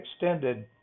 extended